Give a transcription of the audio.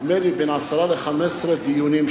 נדמה לי בין עשרה ל-15 דיונים,